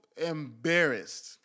embarrassed